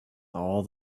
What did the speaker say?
all